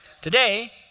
today